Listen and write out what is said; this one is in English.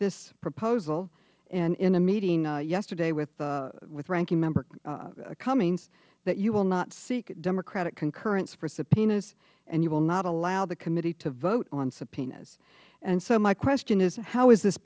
this proposal and in a meeting yesterday with ranking member cummings that you will not seek democratic concurrence for subpoenas and you will not allow the committee to vote on subpoenas and so my question is how is this